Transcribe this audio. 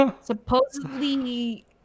Supposedly